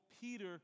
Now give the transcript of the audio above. Peter